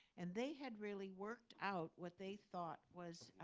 and they had really worked out what they thought was